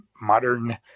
modern